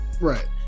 right